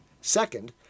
Second